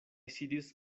sidis